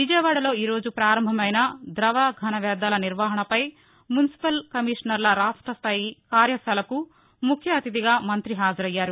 విజయవాడలో ఈ రోజు ప్రారంభమైన ద్రవ ఘన వ్యర్ణాల నిర్వహణపై మున్సిపల్ కమీషసర్ల రాష్టస్థాయి కార్యకాలకు మంతి ముఖ్య అతిధిగా హాజరయ్యారు